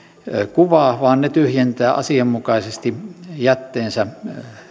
kuvaa vaan ne tyhjentävät asianmukaisesti jätteensä